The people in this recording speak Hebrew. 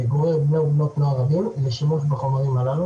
גורר בני ובנות נוער לשימוש בחומרים הללו